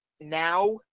now